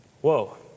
Whoa